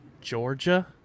Georgia